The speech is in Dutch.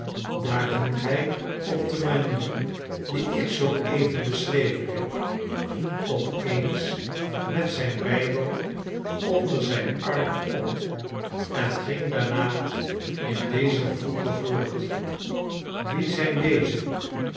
daar hield hij op de manier die ik zoo even beschreven heb op eens met zijn bijbel onder zijn arm op en ging daarna in dezer voege voort wie zijn deze